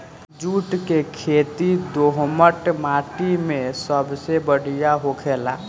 जुट के खेती दोहमट माटी मे सबसे बढ़िया होखेला